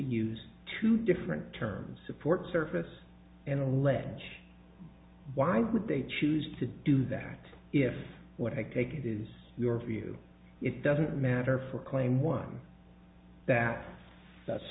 use two different terms support service and allege why would they choose to do that if what i take it is your view it doesn't matter for claim one that th